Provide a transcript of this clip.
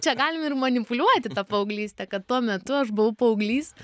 čia galim ir manipuliuoti ta paauglyste kad tuo metu aš buvau paauglys